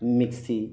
mixie